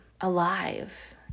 alive